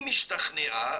אם השתכנעה,